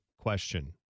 question